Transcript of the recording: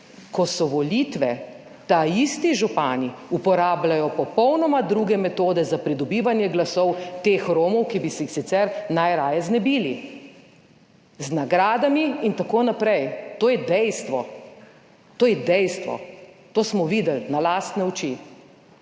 ko so volitve, ta isti župani uporabljajo popolnoma druge metode za pridobivanje glasov teh Romov, ki bi se jih sicer najraje znebili, z nagradami in tako naprej, to je dejstvo. To je dejstvo, to smo videli na lastne oči.